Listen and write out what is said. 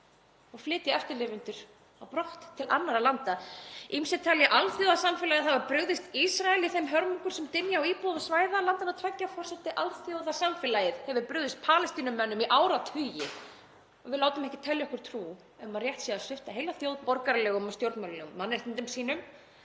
og flytja eftirlifendur á brott til annarra landa. Ýmsir telja alþjóðasamfélagið hafa brugðist Ísrael í þeim hörmungum sem dynja á íbúum svæða landanna tveggja. Forseti. Alþjóðasamfélagið hefur brugðist Palestínumönnum í áratugi. Við látum ekki telja okkur trú um að rétt sé að svipta heila þjóð borgaralegum og stjórnmálalegum mannréttindum sínum